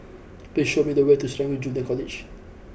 please show me the way to Serangoon Junior College